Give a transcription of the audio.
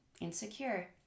insecure